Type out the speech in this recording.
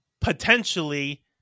potentially